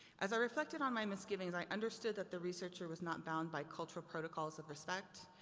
as i reflected on my misgivings, i understood that the researcher was not bound by cultural protocols of respect,